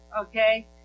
okay